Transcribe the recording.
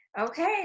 Okay